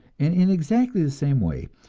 and in exactly the same way,